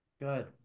good